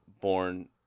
born